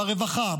ברווחה,